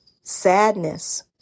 sadness